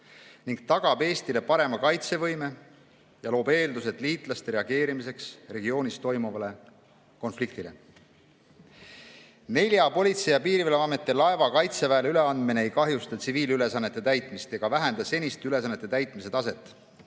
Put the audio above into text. ning tagab Eestile parema kaitsevõime ja loob eeldused liitlaste reageerimiseks regioonis toimuvale konfliktile. Nelja Politsei- ja Piirivalveameti laeva Kaitseväele üleandmine ei kahjusta tsiviilülesannete täitmist ega [halvenda] seniste ülesannete täitmise taset,